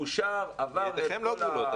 ידיכם לא כבולות.